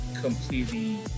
completely